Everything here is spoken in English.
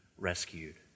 rescued